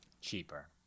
Cheaper